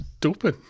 Doping